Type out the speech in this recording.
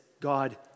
God